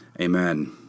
Amen